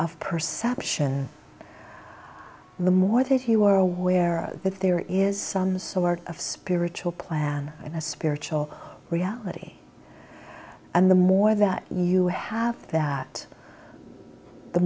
of perception the more that you are aware that there is some sort of spiritual plan and a spiritual reality and the more that you have that the